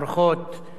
אהלן וסהלן פיכּם.